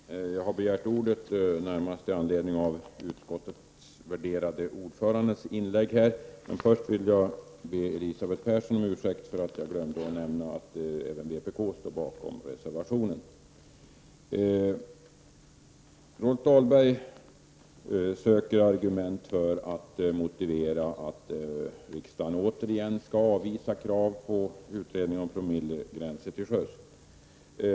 Fru talman! Jag har begärt ordet närmast i anledning av inlägget från utskottets värderade ordförande. Först vill jag dock be Elisabeth Persson om ursäkt för att jag glömde att nämna att även vpk står bakom reservationen. Rolf Dahlberg söker argument för att motivera att riksdagen återigen skall avvisa krav på utredning om promillegränser till sjöss.